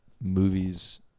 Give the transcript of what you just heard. Movies